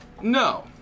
No